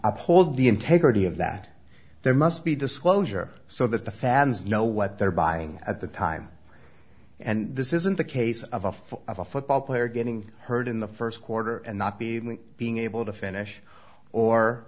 uphold the integrity of that there must be disclosure so that the fans know what they're buying at the time and this isn't the case of a form of a football player getting hurt in the first quarter and not be being able to finish or